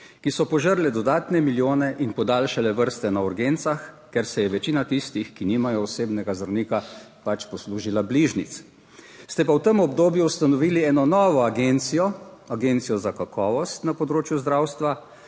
ki so požrle dodatne milijone in podaljšale vrste na urgencah. Ker se je večina tistih, ki nimajo osebnega zdravnika, pač poslužila bližnjic. Ste pa v tem obdobju ustanovili eno novo agencijo, agencijo za kakovost na področju zdravstva